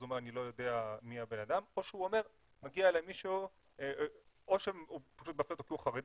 הוא אומר 'אני לא יודע מי הבנאדם' או שהוא פשוט מפלה אותו כי הוא חרדי?